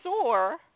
soar